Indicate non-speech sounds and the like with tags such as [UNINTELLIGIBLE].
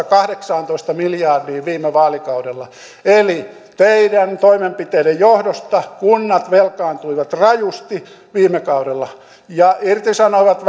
[UNINTELLIGIBLE] kahdeksantoista miljardia viime vaalikaudella eli teidän toimenpiteidenne johdosta kunnat velkaantuivat rajusti viime kaudella ja irtisanoivat [UNINTELLIGIBLE]